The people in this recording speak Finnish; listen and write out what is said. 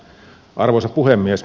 arvoisa puhemies